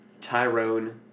Tyrone